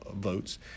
votes